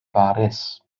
baris